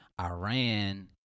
Iran